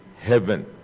heaven